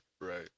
Right